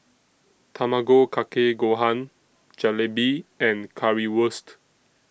Tamago Kake Gohan Jalebi and Currywurst